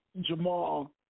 Jamal